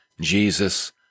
Jesus